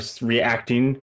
reacting